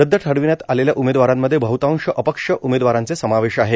रद्द ठरविण्यात आलेल्या उमेदवारांमध्ये बहृतांश अपक्ष उमेदवारांचा समावेश आहे